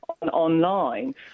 online